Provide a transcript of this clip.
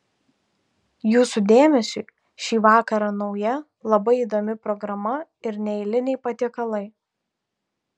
jūsų dėmesiui šį vakarą nauja labai įdomi programa ir neeiliniai patiekalai